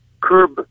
curb